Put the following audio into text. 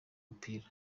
mupira